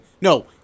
No